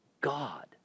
God